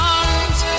arms